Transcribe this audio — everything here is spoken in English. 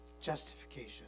justification